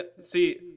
See